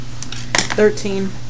Thirteen